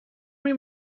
این